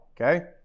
Okay